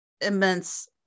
Immense-